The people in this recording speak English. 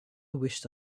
wished